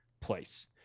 place